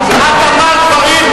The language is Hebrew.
את צבועה.